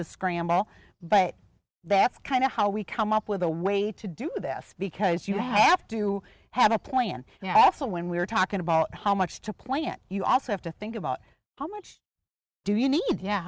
to scramble but that's kind of how we come up with a way to do this because you have to have a point now also when we're talking about how much to plant you also have to think about how much do you need y